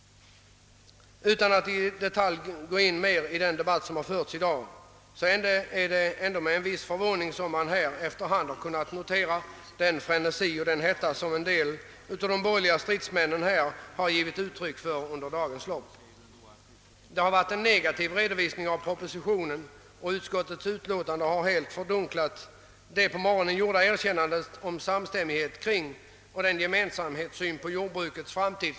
Utan att i detalj gå in på den debatt som förts i dag vill jag säga att det är med en viss förvåning jag har lagt märke till den frenesi och den hetta, med vilken en del av de borgerliga stridsmännen fört diskussionen under dagens lopp. Man har lämnat negativa redogörelser för propositionens och utskottsutlåtandets innehåll, vilka helt överskuggat de på morgonen gjorda erkännandena att man är ense om och har en gemensam syn på jordbrukets framtid.